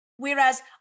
Whereas